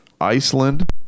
Iceland